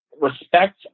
respect